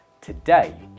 today